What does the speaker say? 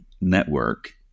network